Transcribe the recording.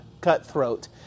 cutthroat